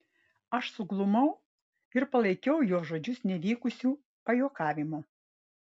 aš suglumau ir palaikiau jo žodžius nevykusiu pajuokavimu